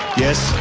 yes,